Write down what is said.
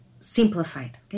simplified